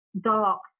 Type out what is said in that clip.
dark